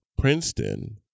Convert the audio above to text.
Princeton